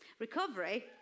Recovery